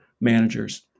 managers